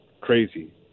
crazy